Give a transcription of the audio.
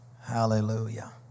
Hallelujah